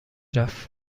رفت